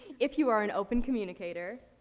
if you are an open communicator,